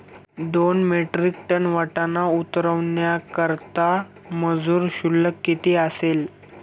दोन metric ton वाटाणा उतरवण्याकरता मजूर शुल्क किती असेल?